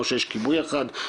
כמו שיש כיבוי אחד,